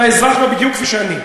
אתה אזרח בה בדיוק כפי שאני,